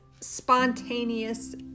spontaneous